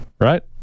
Right